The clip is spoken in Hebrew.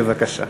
בבקשה.